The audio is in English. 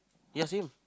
ya same